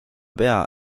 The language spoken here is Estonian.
pea